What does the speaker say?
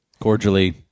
Cordially